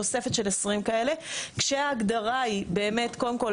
תוספת של 20 כאלה כשההגדרה היא באמת קודם כול